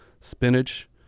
spinach